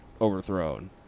overthrown